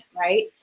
right